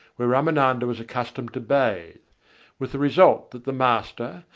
where ramananda was accustomed to bathe with the result that the master,